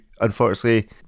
unfortunately